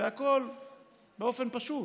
והכול באופן פשוט,